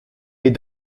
les